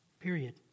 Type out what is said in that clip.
Period